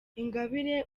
ingabire